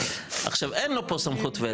עכשיו אין לו פה סמכות וטו.